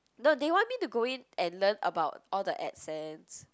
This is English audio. no they want me to go in and learn about all the accents